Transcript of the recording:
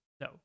no